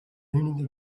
leaning